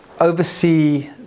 oversee